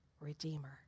redeemer